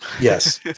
Yes